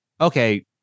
okay